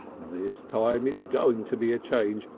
this time, it's going to be a change.